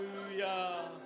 hallelujah